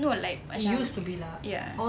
no like macam ya